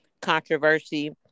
controversy